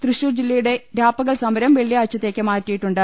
തൃശൂർ ജില്ലയുടെ രാപ്പ കൽ സമരം വെള്ളിയാഴ്ചത്തേക്ക് മാറ്റിയിട്ടുണ്ട്